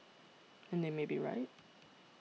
and they may be right